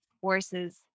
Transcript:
forces